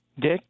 Dick